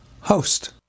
host